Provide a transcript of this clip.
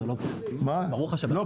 כל